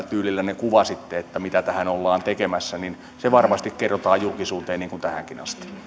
tyylillänne kuvasitte mitä tähän ollaan tekemässä niin se varmasti kerrotaan julkisuuteen niin kuin tähänkin asti